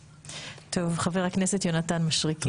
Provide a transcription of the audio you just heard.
חבר הכנסת יונתן משריקי.